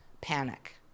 panic